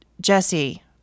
Jesse